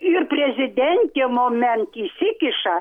ir prezidentė moment įsikiša